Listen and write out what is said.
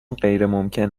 غیرممکن